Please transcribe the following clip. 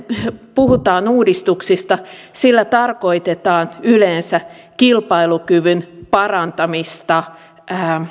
puhutaan uudistuksista sillä tarkoitetaan yleensä kilpailukyvyn parantamista